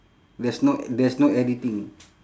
there's no there's no editing